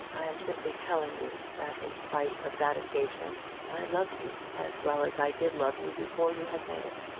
i am simply telling you that in spite of that engagement i love you as well as i did love you before you had made it.